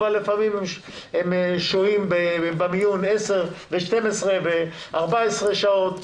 אבל לפעמים הם שוהים במיון 10 ו-12 ו-14 שעות,